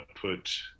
put